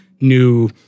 new